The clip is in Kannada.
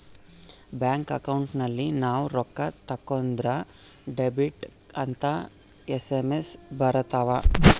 ಬ್ಯಾಂಕ್ ಅಕೌಂಟ್ ಅಲ್ಲಿ ನಾವ್ ರೊಕ್ಕ ತಕ್ಕೊಂದ್ರ ಡೆಬಿಟೆಡ್ ಅಂತ ಎಸ್.ಎಮ್.ಎಸ್ ಬರತವ